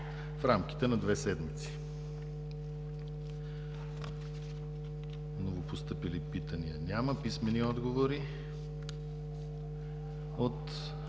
в рамките на две седмици. Новопостъпили питания няма. Писмени отговори от: